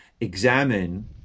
examine